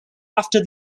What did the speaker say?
after